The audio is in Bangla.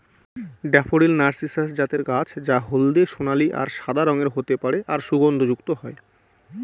ড্যাফোডিল নার্সিসাস জাতের গাছ যা হলদে সোনালী আর সাদা রঙের হতে পারে আর সুগন্ধযুক্ত হয়